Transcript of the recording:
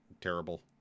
terrible